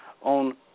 on